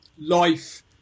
life